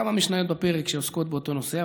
יש כמה משניות בפרק שעוסקות באותו נושא,